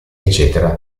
ecc